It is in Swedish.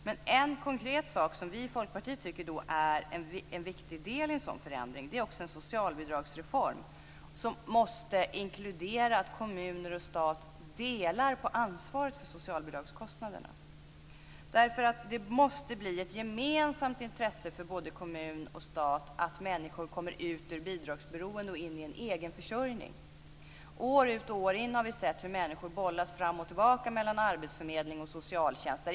Men en konkret sak som vi i Folkpartiet tycker är en viktig del i en sådan förändring är en socialbidragsreform som måste inkludera att kommuner och stat delar på ansvaret för socialbidragskostnaderna. Det måste bli ett gemensamt intresse för både kommun och stat att människor kommer ut ur bidragsberoende och in i en egen försörjning. År ut och år in har vi sett hur människor bollas fram och tillbaka mellan arbetsförmedling och socialtjänst.